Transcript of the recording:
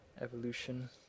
evolution